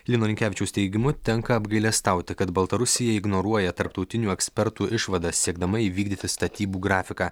lino linkevičiaus teigimu tenka apgailestauti kad baltarusija ignoruoja tarptautinių ekspertų išvadas siekdama įvykdyti statybų grafiką